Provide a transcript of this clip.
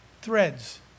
threads